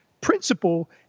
principle